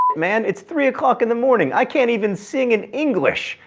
man, it's three o'clock in the morning. i can't even sing in english.